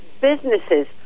businesses